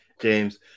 James